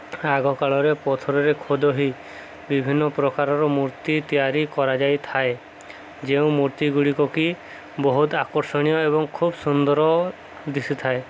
ଆଗକାଳରେ ପଥରରେ ଖୋଦା ହୋଇ ବିଭିନ୍ନପ୍ରକାରର ମୂର୍ତ୍ତି ତିଆରି କରାଯାଇଥାଏ ଯେଉଁ ମୂର୍ତ୍ତିଗୁଡ଼ିକ କି ବହୁତ ଆକର୍ଷଣୀୟ ଏବଂ ଖୁବ୍ ସୁନ୍ଦର ଦିଶିଥାଏ